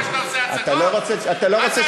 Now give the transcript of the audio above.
למה, אתה לא עושה הצגות?